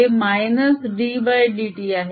हे -ddt आहे